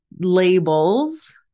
labels